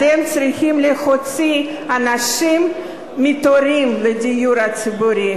אתם צריכים להוציא אנשים מהתורים לדיור הציבורי,